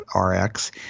RX